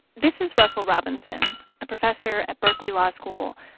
this is russell robinson, a professor at berkeley law school